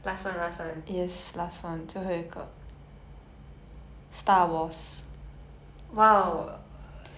you give me like a fran~ like a franchise of movies like a chain of movies not just one movie can you like